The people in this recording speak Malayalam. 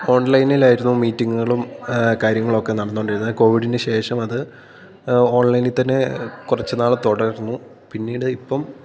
ഓൺലൈനിലായിരുന്നു മീറ്റിങ്ങുകളും കാര്യങ്ങളൊക്കെ നടന്നുകൊണ്ടിരുന്നത് കോവിഡിനുശേഷമത് ഓൺലൈനിൽ തന്നെ കുറച്ചുനാൾ തുടർന്നു പിന്നീട് ഇപ്പം